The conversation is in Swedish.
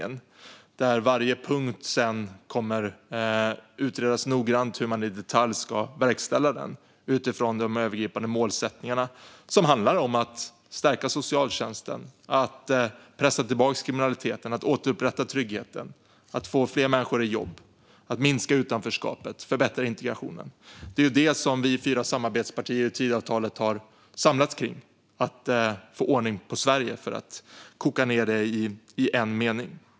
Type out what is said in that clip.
Sedan kommer varje punkt där att utredas för hur man i detalj ska verkställa detta utifrån de övergripande målsättningarna som handlar om att stärka socialtjänsten, att pressa tillbaka kriminaliteten, att återupprätta tryggheten, att få fler människor i jobb, att minska utanförskapet och att förbättra integrationen. Det är detta som vi fyra samarbetspartier som står bakom Tidöavtalet har samlats kring, alltså att få ordning på Sverige, för att koka ned det i en mening.